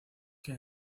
que